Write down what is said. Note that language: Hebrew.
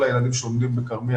כל הילדים שלומדים בכרמיאל,